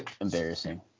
embarrassing